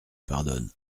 pardonne